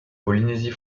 polynésie